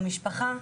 המשפחה,